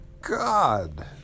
God